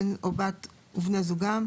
בן או בת ובני זוגם,